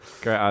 great